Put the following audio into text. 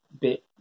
bit